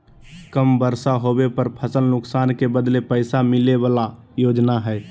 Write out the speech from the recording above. कम बर्षा होबे पर फसल नुकसान के बदले पैसा मिले बला योजना हइ